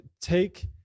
take